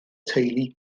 teulu